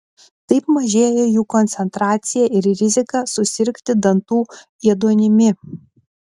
taip mažėja jų koncentracija ir rizika susirgti dantų ėduonimi